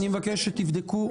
אני מבקש שתבדקו,